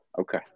Okay